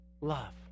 love